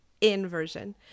inversion